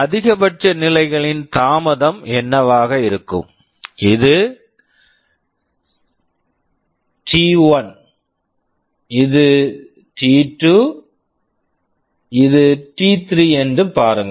அதிகபட்ச நிலைகளின் தாமதம் என்னவாக இருக்கும் இது டி 1 t1 இது டி 2 t2 இது டி 3 t3 என்று பாருங்கள்